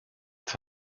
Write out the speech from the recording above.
that